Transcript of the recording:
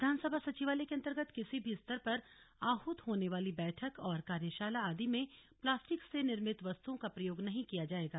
विधानसभा सचिवालय के अंतर्गत किसी भी स्तर पर आहत होने वाली बैठक और कार्यशाला आदि में प्लास्टिक से निर्मित वस्तुओं का प्रयोग नहीं किया जाएगा